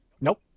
nope